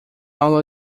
aula